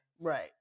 Right